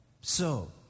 So